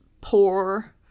poor